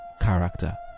character